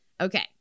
Okay